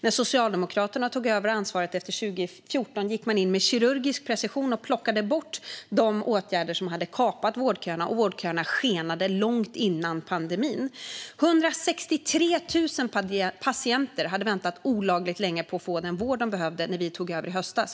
När Socialdemokraterna tog över ansvaret efter 2014 gick man med kirurgisk precision in och plockade bort de åtgärder som hade kapat vårdköerna, och vårdköerna växte kraftigt långt före pandemin. 163 000 patienter hade väntat olagligt länge på att få den vård de behövde när vi tog över i höstas.